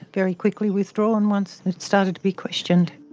very quickly withdrawn once it started to be questioned.